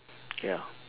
ya